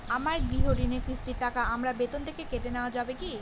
আমার গৃহঋণের কিস্তির টাকা আমার বেতন থেকে কেটে নেওয়া যাবে কি?